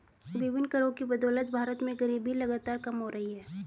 विभिन्न करों की बदौलत भारत में गरीबी लगातार कम हो रही है